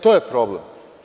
To je problem.